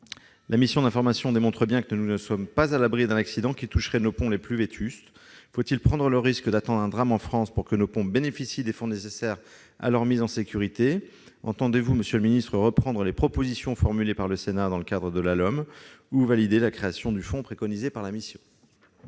La mission d'information démontre bien que nous ne sommes pas à l'abri d'un accident qui toucherait nos ponts les plus vétustes. Faut-il prendre le risque d'attendre un drame en France pour que nos ponts bénéficient des fonds nécessaires à leur mise en sécurité ? Entendez-vous, monsieur le secrétaire d'État, reprendre les propositions formulées par le Sénat dans le cadre du projet de loi d'orientation des mobilités ou valider la création du fonds préconisé par la mission ?